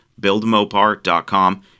BuildMopar.com